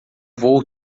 voo